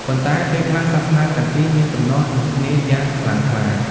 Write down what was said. ប៉ុន្តែ ពេលខ្លះសាសនាទាំងពីរមានទំនាស់នឹងគ្នាយ៉ាងខ្លាំងក្លា។